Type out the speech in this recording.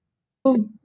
oh